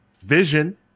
Vision